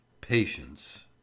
Patience